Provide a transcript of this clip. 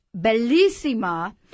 bellissima